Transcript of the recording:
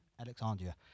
Alexandria